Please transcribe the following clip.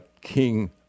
King